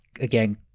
again